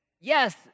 Yes